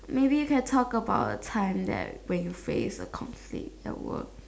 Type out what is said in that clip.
maybe you can talk about a time that when you face a conflict at work